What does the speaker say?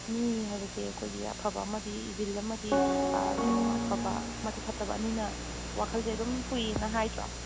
ꯃꯤ ꯍꯥꯏꯕꯁꯦ ꯑꯩꯈꯣꯏꯒꯤ ꯑꯐꯕ ꯑꯃꯗꯤ ꯋꯤꯜ ꯑꯃꯗꯤ ꯀꯩꯅꯣ ꯑꯐꯕ ꯑꯃꯗꯤ ꯐꯠꯇꯕ ꯑꯅꯤꯅ ꯋꯥꯈꯜꯁꯦ ꯑꯗꯨꯝ ꯄꯨꯏꯌꯦꯅ ꯍꯥꯏꯗ꯭ꯔꯣ